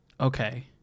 Okay